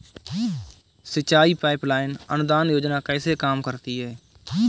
सिंचाई pipeline अनुदान योजना कैसे काम करती है?